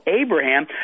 Abraham